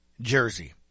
jersey